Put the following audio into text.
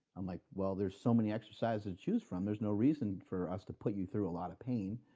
i'm like, well, there's so many exercises to choose from there's no reason for us to put you through a lot of pain.